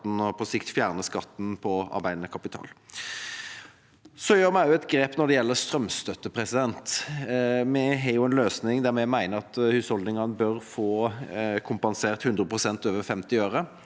og på sikt fjerne skatten på arbeidende kapital. Vi tar også et grep når det gjelder strømstøtte. Vi har en løsning der vi mener at husholdningene bør få kompensert 100 pst. over 50 øre.